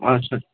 اچھا